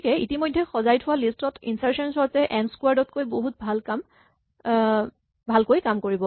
গতিকে ইতিমধ্যে সজাই থোৱা লিষ্ট ত ইনচাৰ্চন চৰ্ট এ এন স্কোৱাৰ্ড তকৈ বহুত ভালকৈ কাম কৰিব